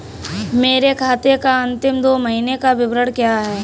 मेरे खाते का अंतिम दो महीने का विवरण क्या है?